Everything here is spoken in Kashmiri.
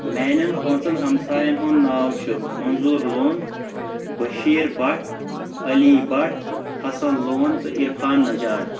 میانٮ۪ن پانٛژن ہمساٮ۪ن ہُنٛد ناو چھُ منظوٗر لون بٔشیٖر بٹ علی بٹ حسن لون تہٕ عرفان نجار